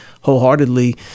wholeheartedly